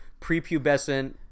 prepubescent